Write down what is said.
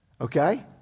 Okay